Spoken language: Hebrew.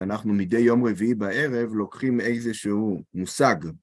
אנחנו מדי יום רביעי בערב לוקחים איזשהו מושג.